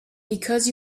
because